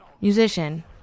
musician